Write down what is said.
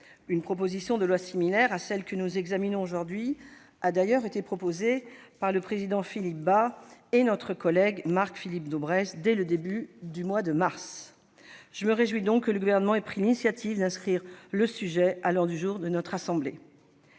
Une proposition de loi similaire à celle que nous examinons aujourd'hui a d'ailleurs été déposée par Philippe Bas et Marc-Philippe Daubresse, dès le début du mois de mars dernier. Je me réjouis donc que le Gouvernement ait pris l'initiative d'inscrire le sujet à l'ordre du jour de notre assemblée.